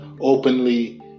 openly